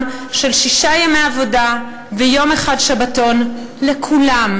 של שישה ימי עבודה ויום אחד שבתון לכולם,